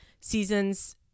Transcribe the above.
seasons